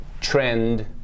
trend